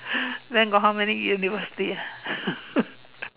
then got how many university ah